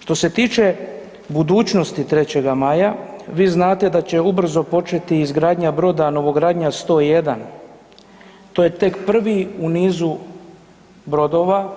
Što se tiče budućnosti Trećega maja, vi znate da će ubrzo početi izgradnja broda novogradnja 101, to je tek prvi u nizu brodova